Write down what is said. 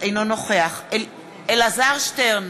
אינו נוכח אלעזר שטרן,